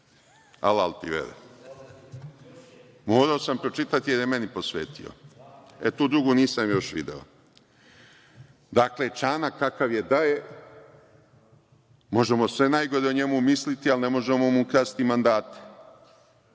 Alal ti vera. Morao sam pročitati, jer je meni posvetio. Tu drugu još nisam još video. Dakle, Čanak kakav je da je, možemo sve najgore o njemu misliti, ali ne možemo mu ukrasti mandate.